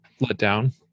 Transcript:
letdown